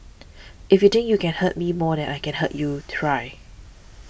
if you think you can hurt me more than I can hurt you try